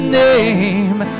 name